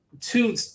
two